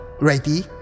ready